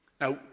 Now